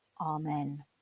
Amen